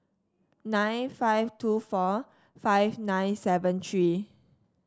nine five two four five nine seven three